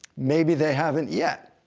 maybe they haven't yet.